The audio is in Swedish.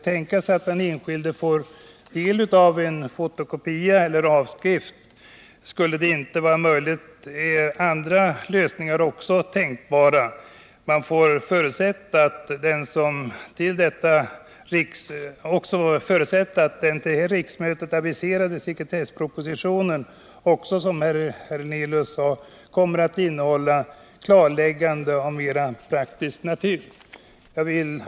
tänka sig att den enskilde får del av en fotokopia eller en avskrift. Skulle detta inte vara möjligt är andra lösningar tänkbara. Man får förutsätta att den till detta riksmöte aviserade sekretesspropositio nen, också som herr Hernelius sade, kommer att innehålla klarlägganden av mera praktisk natur. Herr talman!